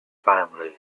families